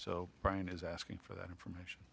so brian is asking for that information